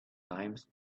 times